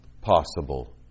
possible